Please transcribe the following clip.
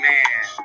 Man